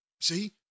See